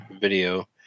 video